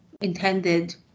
intended